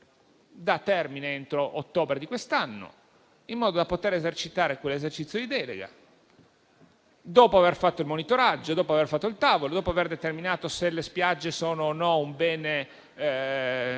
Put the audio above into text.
da termine entro ottobre di quest'anno, in modo da poter esercitare quell'esercizio di delega, dopo aver fatto il monitoraggio, dopo aver istituito il tavolo, dopo aver determinato se le spiagge sono o no un bene